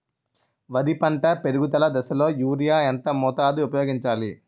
వరి పంట పెరుగుదల దశలో యూరియా ఎంత మోతాదు ఊపయోగించాలి?